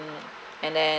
mm and then